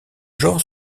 genre